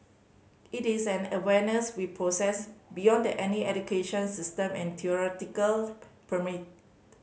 it is an awareness we process beyond any education system and theoretical